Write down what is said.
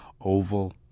oval